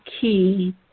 key